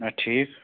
اَد ٹھیٖک